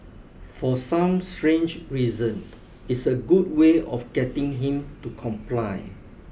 for some strange reason it's a good way of getting him to comply